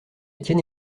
tienne